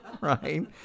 Right